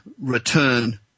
return